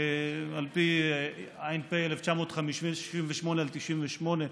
על פי ע"פ 1968/98,